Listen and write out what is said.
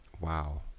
Wow